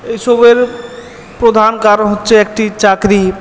এইসবের প্রধান কারণ হচ্ছে একটি চাকরি